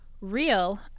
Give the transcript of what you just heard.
real